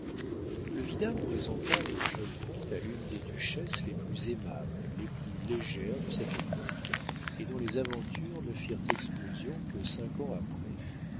le vidame présenta le jeune comte à l'une des duchesses les plus aimables les plus légères de cette époque et dont les aventures ne firent explosion que cinq ans après